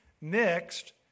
mixed